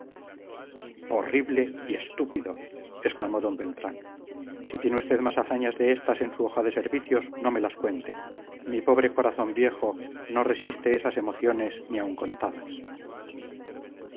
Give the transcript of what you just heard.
horrible y estúpido exclamó don beltrán si tiene usted más hazañas de estas en su hoja de servicios no me las cuente mi pobre corazón viejo no resiste esas emociones ni aun contadas